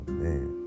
man